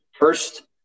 First